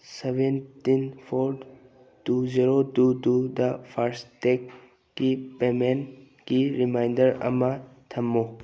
seventeen four two zero two ꯇꯨꯗ ꯐꯥꯔꯁꯇꯦꯛꯀꯤ ꯄꯦꯄꯦꯟꯀꯤ ꯔꯤꯃꯥꯏꯟꯗꯔ ꯑꯃ ꯊꯝꯃꯨ